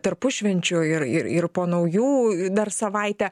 tarpušvenčiu ir ir ir po naujų dar savaitę